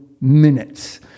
minutes